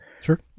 sure